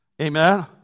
Amen